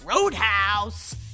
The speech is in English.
Roadhouse